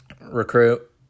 recruit